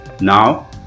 now